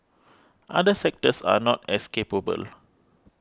other sectors are not as capable